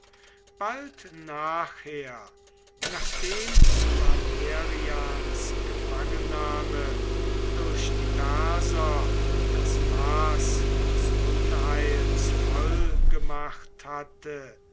bald nachher nachdem valerians gefangennahme durch die perser das maß des unheils voll gemacht hatte